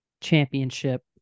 Championship